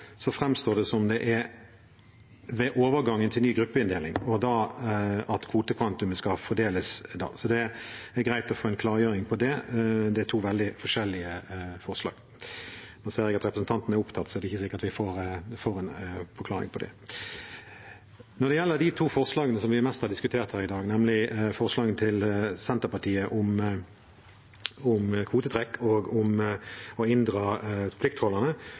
ved overgangen til ny gruppeinndeling kvotekvantumet skal fordeles. Det er greit å få en klargjøring av det; det er to veldig forskjellige forslag. Nå ser jeg at representanten er opptatt, så det er ikke sikkert vi får en forklaring på det. Når det gjelder de to forslagene vi har diskutert mest her i dag, nemlig forslaget til Senterpartiet om kvotetrekk og om å inndra